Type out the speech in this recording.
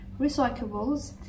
recyclables